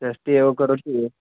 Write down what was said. षष्ठी एव करोतु